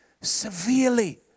severely